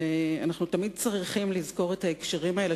ואנחנו תמיד צריכים לזכור את ההקשרים האלה,